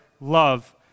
love